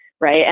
Right